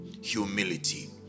Humility